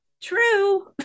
true